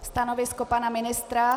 Stanovisko pana ministra?